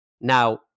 Now